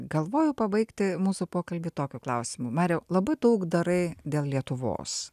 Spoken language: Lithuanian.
galvojau pabaigti mūsų pokalbį tokiu klausimu mariau labai daug darai dėl lietuvos